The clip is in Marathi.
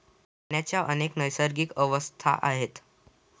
पाण्याच्या अनेक नैसर्गिक अवस्था आहेत